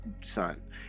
son